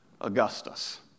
Augustus